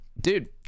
Dude